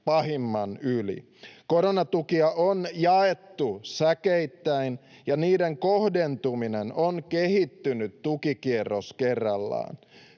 pahimman yli. Koronatukia on jaettu säkeittäin, ja niiden kohdentuminen on kehittynyt tukikierros kerrallaan.